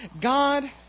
God